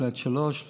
פלאט 3,